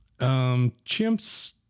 chimps